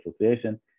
Association